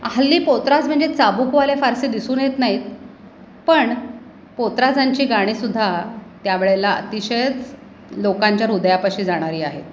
हल्ली पोतराज म्हणजे चाबूकवाले फारसे दिसून येत नाहीत पण पोतराजांची गाणीसुद्धा त्यावेळेला अतिशयच लोकांच्या हृदयापाशी जाणारी आहेत